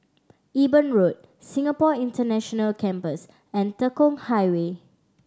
Eben Road Singapore International Campus and Tekong Highway